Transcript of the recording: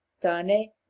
Tane